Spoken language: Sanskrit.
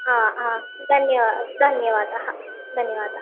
आ आ धन्यवादः धन्यवादः धन्यवादः